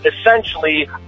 essentially